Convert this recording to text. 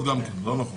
עוד הערות?